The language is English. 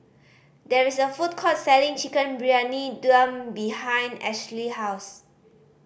there is a food court selling Chicken Briyani Dum behind Ashlee's house